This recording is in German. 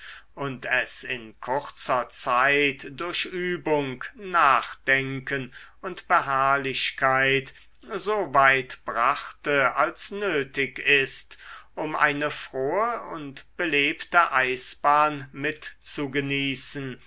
und es in kurzer zeit durch übung nachdenken und beharrlichkeit so weit brachte als nötig ist um eine frohe und belebte eisbahn mitzugenießen